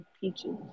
peaches